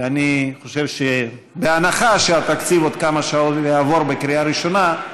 ואני חושב שבהנחה שהתקציב יעבור בעוד כמה שעות בקריאה ראשונה,